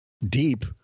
deep